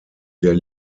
der